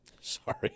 Sorry